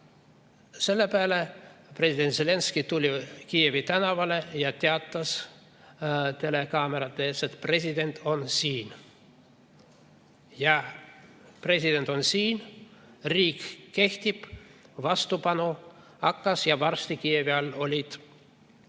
Selle peale president Zelenskõi tuli Kiievi tänavale ja teatas telekaamerate ees, et president on siin. President on siin, riik kehtib. Vastupanu hakkas ja varsti olid Kiievi